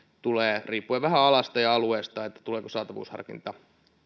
riippuu vähän alasta ja alueesta tuleeko saatavuusharkinta